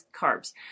carbs